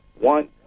One